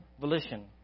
volition